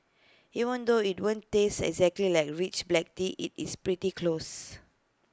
even though IT won't taste exactly like rich black tea IT is pretty close